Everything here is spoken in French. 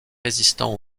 résistant